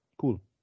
cool